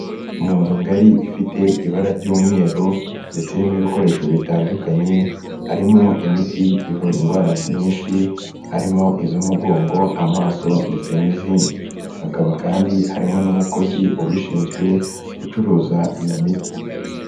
Mu nzu ngari ifite ibara ry'umweru ndetse irimo ibikoresho bitandukanye, harimo imiti ivura indwara nyinshi harimo iz'umugongo, amaso ndetse n'izindi, hakaba kandi harimo n'umukozi ubishinzwe ucuruza iyo miti.